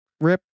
rip